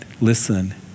Listen